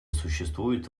существуют